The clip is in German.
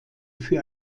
für